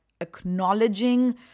acknowledging